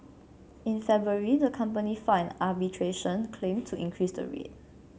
in February the company filed arbitration claim to increase the rate